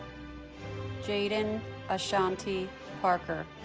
jaedyn ashanti parker